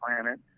planet